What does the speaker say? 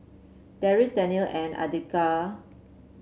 Deris Daniel and Andika